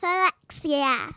Alexia